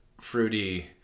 fruity